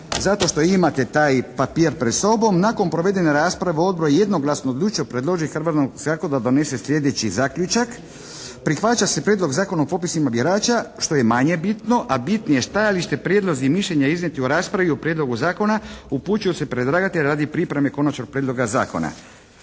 zato što imate taj papir pred sobom. Nakon provedene rasprave Odbor je jednoglasno odlučio predložiti Hrvatskom saboru da donese sljedeći zaključak. Prihvaća se prijedlog Zakona o popisima birača što je manje bitno, a bitnije je stajalište, prijedlozi i mišljenja iznijeti u raspravi u prijedlogu zakona upućuju se predlagatelju radi pripreme konačnog prijedloga zakona.